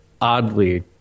oddly